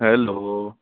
hello